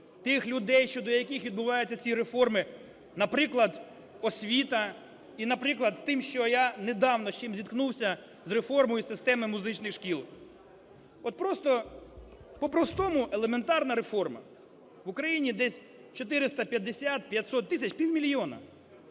тих людей, щодо яких відбуваються ці реформи. Наприклад, освіта і, наприклад, з тим, що я недавно з чим зіткнувся, з реформою системи музичних шкіл. От просто, по-простому, елементарна реформа. В Україні десь 450-500 тисяч, півмільйона